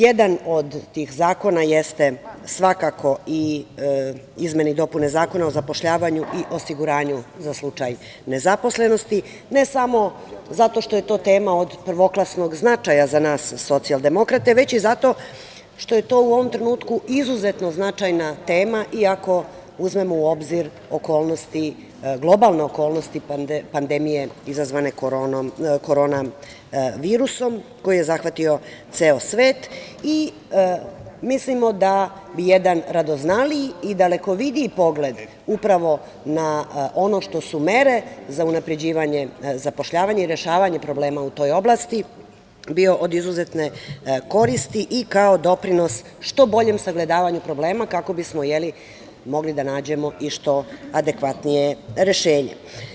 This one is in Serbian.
Jedan od tih zakona jesu izmene i dopune Zakona o zapošljavanju i osiguranju za slučaj nezaposlenosti, ne samo zato što je to tema od prvoklasnog značaja za nas Socijaldemokrate, već zato što je to u ovom trenutku izuzetno značajna tema i ako uzmemo u obzir globalne okolnosti pandemije izazvane korona virusom koji je zahvatio ceo svet i mislimo da bi jedan radoznaliji i dalekovidiji pogled upravo na ono što su mere za unapređivanje zapošljavanja i rešavanja problema u toj oblasti bio od izuzetne koristi i kao doprinos što boljem sagledavanju problema, kako bismo mogli da nađemo i što adekvatnije rešenje.